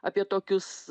apie tokius